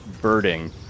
birding